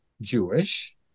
Jewish